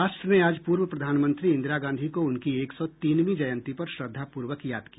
राष्ट्र ने आज पूर्व प्रधानमंत्री इंदिरा गांधी को उनकी एक सौ तीनवीं जयंती पर श्रद्वापूर्वक याद किया